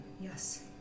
Yes